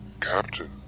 Captain